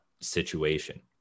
situation